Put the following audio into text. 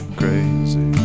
crazy